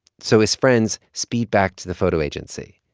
so his friends speed back to the photo agency.